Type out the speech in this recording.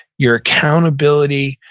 your accountability,